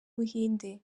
buhinde